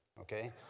okay